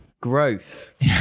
Growth